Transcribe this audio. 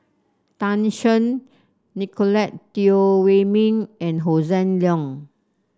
Tan Shen Nicolette Teo Wei Min and Hossan Leong